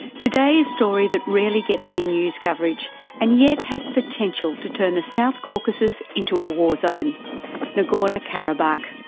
today a story that rarely gets any news coverage and yet has the potential to turn the south caucasus into a war zone nagorno-karabakh,